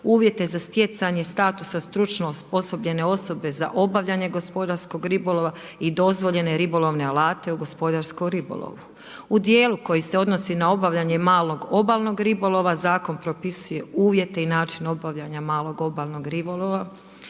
uvijete za stjecanje statusa stručno osposobljene osobe za obavljanje gospodarskog ribolova i dozvoljene ribolovne alate u gospodarskom ribolovu. U dijelu koji se odnosi na obavljanje malog obalnog ribolova, zakon propisuje uvijete i način obavljanje malog obalnog ribolova,